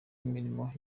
imirimo